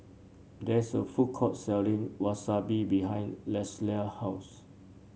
there is a food court selling Wasabi behind Lelia's house